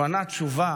הוא ענה תשובה